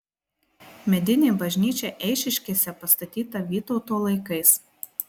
medinė bažnyčia eišiškėse pastatyta vytauto laikais